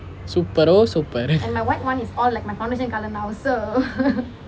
super oh super